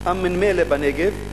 אום-נמילה בנגב,